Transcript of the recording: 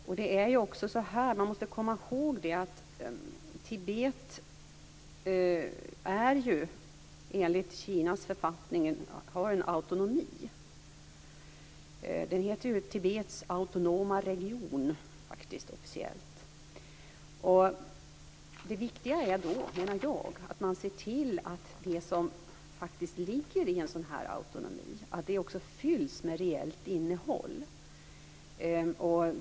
Man måste också komma i håg att enligt Kinas författning har Tibet en autonomi. Det heter ju officiellt Tibets autonoma region. Det viktiga är att man ser att autonomin fylls med reellt innehåll.